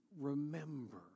Remember